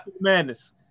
madness